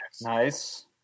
Nice